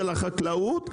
של החקלאות.